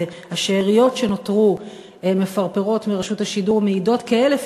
והשאריות שנותרו מפרפרות מרשות השידור מעידות כאלף